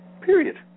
period